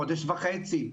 חודש וחצי,